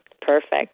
Perfect